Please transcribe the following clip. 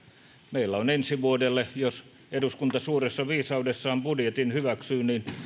meillä on ensi vuodelle jos eduskunta suuressa viisaudessaan budjetin hyväksyy